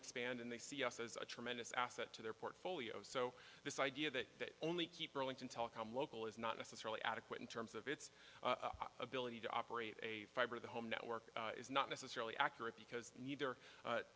expand and they see us as a tremendous asset to their portfolio so this idea that only keep rolling in telecom local is not necessarily adequate in terms of its ability to operate a fiber the home network is not necessarily accurate because neither